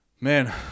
Man